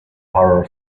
horror